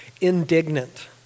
indignant